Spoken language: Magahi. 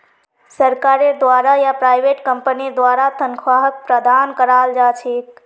सरकारेर द्वारा या प्राइवेट कम्पनीर द्वारा तन्ख्वाहक प्रदान कराल जा छेक